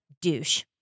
douche